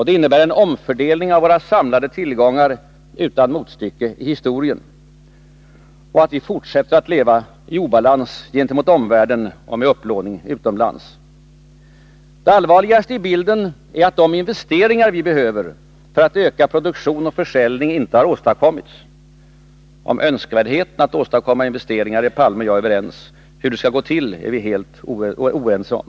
Det innebär en omfördelning av våra samlade tillgångar utan motstycke i historien. Och vi fortsätter att leva i obalans gentemot omvärlden och med upplåning utomlands. Det allvarliga i bilden är att de investeringar vi behöver för att öka produktion och försäljning inte har åstadkommits. Om önskvärdheten av att åstadkomma investeringar är Olof Palme och jag överens. Hur det skall gå till är vi helt oense om.